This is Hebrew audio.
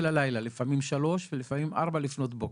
הלילה לפעמים שלוש ולפעמים ארבע לפנות בוקר.